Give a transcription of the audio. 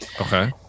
Okay